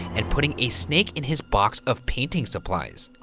and putting a snake in his box of painting supplies.